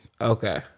Okay